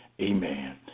amen